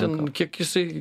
ten kiek jisai